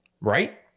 right